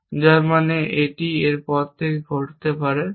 যার মানে এটি এর পরে ঘটতে হবে